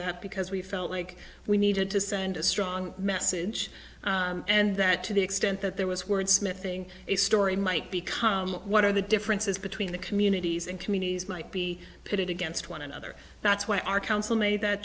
that because we felt like we needed to send a strong message and that to the extent that there was word smithing a story might become one of the differences between the communities and communities might be pitted against one another that's why our council made that